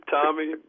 Tommy